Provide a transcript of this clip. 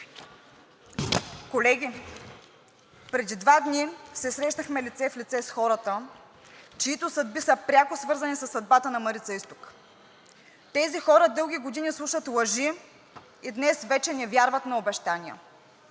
Колеги, преди два дни се срещнахме лице в лице с хората, чиито съдби са пряко свързани със съдбата на Марица изток. Тези хора дълги години слушат лъжи и днес вече не вярват на обещания.